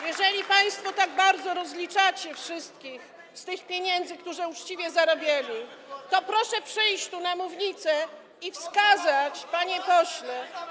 Jeżeli państwo tak bardzo rozliczacie wszystkich z pieniędzy, które uczciwie zarobili, to proszę przyjść tu na mównicę i wskazać, panie pośle.